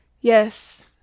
Yes